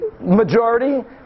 majority